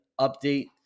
update